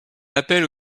appelle